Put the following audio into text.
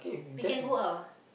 we can go out ah